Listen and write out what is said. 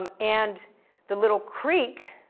um and the little creek,